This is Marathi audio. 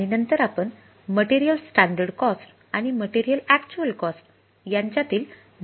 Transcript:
आणि नंतर आपण मटेरियल स्टॅंडर्ड कॉस्ट यांच्यातील भिन्नतेची गणना करतो